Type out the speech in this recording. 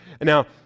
Now